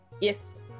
yes